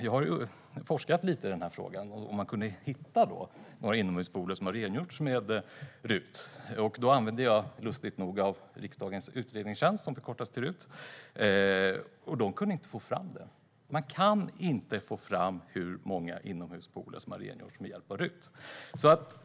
Jag har forskat lite i frågan med hjälp av riksdagens utredningstjänst, som lustigt nog förkortas RUT. De kunde inte få fram hur många inomhuspooler som har rengjorts med hjälp av RUT-avdraget.